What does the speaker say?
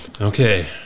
Okay